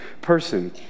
person